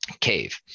Cave